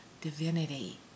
divinity